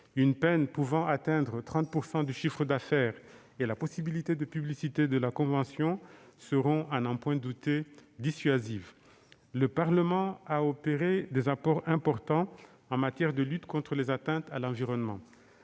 Une peine pouvant atteindre 30 % du chiffre d'affaires et la possibilité de publicité de la convention seront, à n'en point douter, dissuasives. Le Parlement a opéré des apports importants en matière de lutte contre les atteintes à l'environnement.